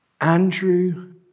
Andrew